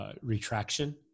Retraction